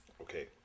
Okay